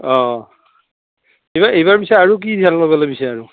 অঁ এইবাৰ এইবাৰ পিছে আৰু কি ধান লগালে পিছে আৰু